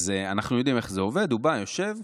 אז אנחנו יודעים איך זה עובד: הוא בא, יושב,